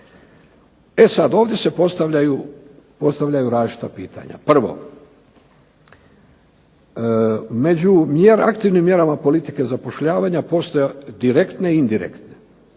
E sad, ovdje se postavljaju različita pitanja. Prvo, među aktivnim mjerama politike zapošljavanja postoje direktne i indirektne.